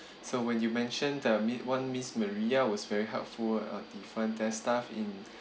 so when you mentioned there was [one] miss maria was very helpful uh the front desk staff in